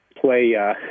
play